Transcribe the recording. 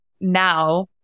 Now